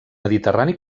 mediterrani